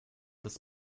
des